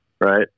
Right